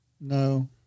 No